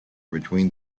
between